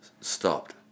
stopped